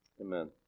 Amen